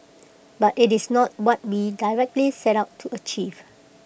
but IT is not what we directly set out to achieve